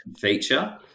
feature